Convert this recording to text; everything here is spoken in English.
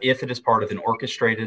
if it is part of an orchestrated